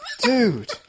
Dude